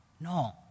No